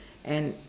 and